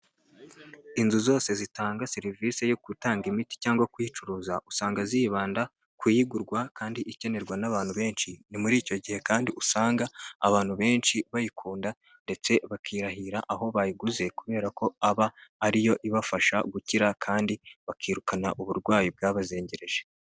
Inzu zose zitanga serivisi yo gutanga imiti cyangwa kuyicuruza usanga zibanda ku iyigurwa kandi ikenerwa n'abantu benshi, ni muri icyo gihe kandi usanga abantu benshi bayikunda ndetse bakirahira aho bayiguze kubera ko aba ariyo ibafasha gukira kandi bakirukana uburwayi bwabazengereje.